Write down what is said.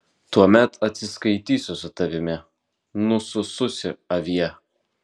tuomet atsiskaitysiu su tavimi nusususi avie